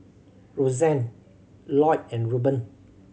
Roxane Lloyd and Ruben